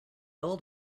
old